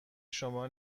شما